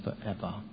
forever